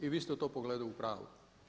I vi ste u tom pogledu u pravu.